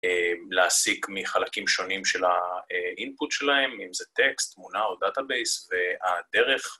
‫להסיק מחלקים שונים של האינפוט שלהם, ‫אם זה טקסט, תמונה או דאטאבייס, ‫והדרך...